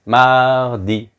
mardi